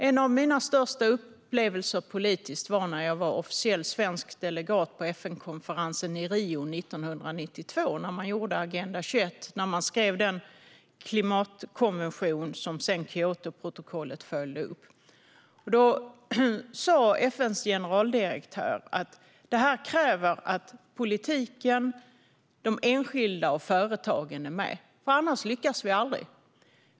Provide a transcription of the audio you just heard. En av mina största upplevelser politiskt var när jag var officiell svensk delegat på FN-konferensen i Rio 1992 när man gjorde Agenda 21 och skrev den klimatkonvention som sedan Kyotoprotokollet följde upp. Då sa FN:s generalsekreterare: Det här kräver att politiken, de enskilda och företagen är med, för annars lyckas vi aldrig.